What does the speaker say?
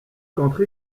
qu’entre